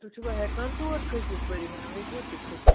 تُہۍ چھُوا ہیکان تور کھسِتھ پری محل ہٮ۪کہٕ وا تُہۍ کھسِتھ